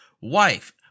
wife